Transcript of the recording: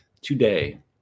today